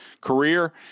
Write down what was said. career